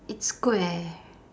it's square